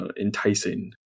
enticing